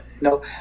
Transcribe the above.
No